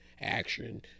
action